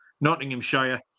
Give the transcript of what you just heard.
Nottinghamshire